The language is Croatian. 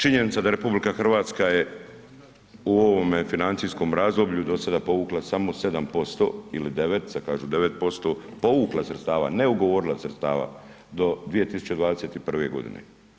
Činjenica da RH je u ovome financijskom razdoblju do sada povukla samo 7% ili 9, sad kažu 9% povukla sredstava, ne ugovorila sredstava do 2021. godine.